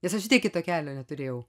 nes aš vis tiek kito kelio neturėjau